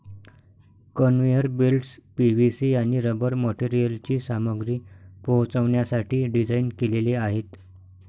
conveyor belts PVC आणि rubber मटेरियलची सामग्री पोहोचवण्यासाठी डिझाइन केलेले आहेत